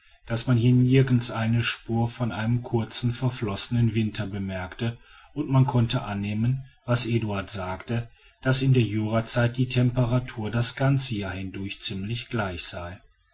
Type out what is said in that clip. daß man hier nirgends eine spur von einem kurz verflossenen winter bemerkte und man konnte annehmen was eduard sagte daß in der jurazeit die temperatur das ganze jahr hindurch ziemlich gleich sei